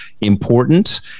important